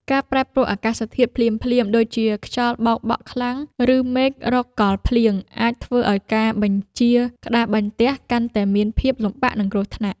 ការប្រែប្រួលអាកាសធាតុភ្លាមៗ ដូចជាខ្យល់បោកបក់ខ្លាំង ឬមេឃរកកលភ្លៀង អាចធ្វើឱ្យការបញ្ជាក្តារបន្ទះកាន់តែមានភាពលំបាក និងគ្រោះថ្នាក់។